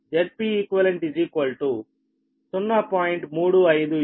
1your 0